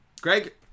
Greg